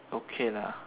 okay lah